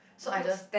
so I just